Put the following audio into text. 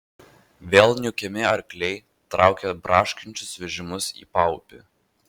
vėl niūkiami arkliai traukė braškančius vežimus į paupį